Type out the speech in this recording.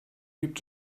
gibt